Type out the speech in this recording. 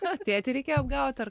na tėtį reikėjo apgaut ar